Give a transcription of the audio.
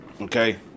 okay